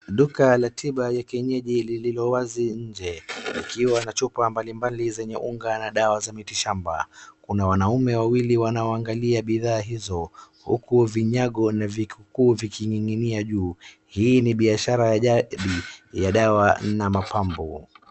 Duka la tiba la kienyeji lililo wazi nje ikiwa na chupa mbali mbali zenye unga na dawa za miti shamba. Kuna wanaume wawili wanaowangalia bidhaa hizo huku vinyago na vikikuu vikininginia juu. Hii ni biashara ya jadi ya dawa na mapambo.